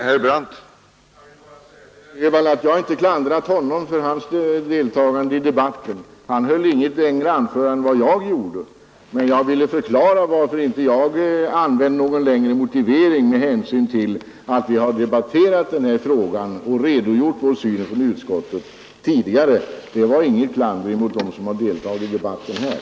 Herr talman! Jag har inte klandrat herr Öhvall för hans deltagande i debatten — han höll inte något längre anförande än vad jag gjorde — men jag ville förklara varför jag inte anförde någon längre motivering. Anledningen var alltså att vi tidigare har debatterat denna fråga, varvid vi redogjort för utskottets syn. Det var inte något klander mot dem som har deltagit i debatten här.